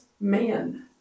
Man